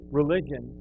religion